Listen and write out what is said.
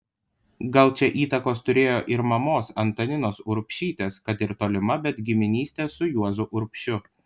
gal čia įtakos turėjo ir mamos antaninos urbšytės kad ir tolima bet giminystė su juozu urbšiu